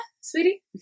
sweetie